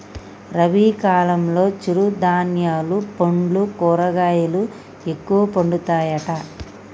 రబీ కాలంలో చిరు ధాన్యాలు పండ్లు కూరగాయలు ఎక్కువ పండుతాయట